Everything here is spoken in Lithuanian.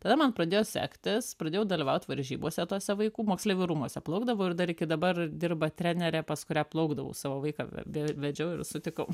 tada man pradėjo sektis pradėjau dalyvaut varžybose tose vaikų moksleivių rūmuose plaukdavau ir dar iki dabar dirba trenerė pas kurią plaukdavau savo vaiką be vedžiau ir sutikau